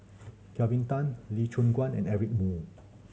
Kelvin Tan Lee Choon Guan and Eric Moo